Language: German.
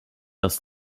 das